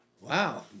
Wow